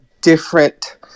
different